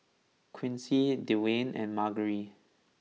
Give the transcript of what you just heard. Quincy Dewayne and Margery